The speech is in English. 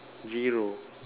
zero